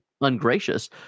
ungracious